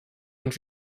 und